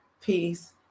peace